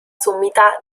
sommità